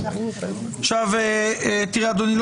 אדוני,